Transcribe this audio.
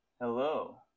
hello